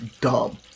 dumb